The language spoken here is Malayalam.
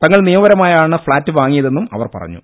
തങ്ങൾ നിയമപരമായാണ് ഫ്ളാറ്റ് വാങ്ങിയ തെന്നും അവർ പറഞ്ഞു